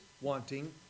wanting